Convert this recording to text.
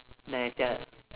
then I say